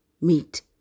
meet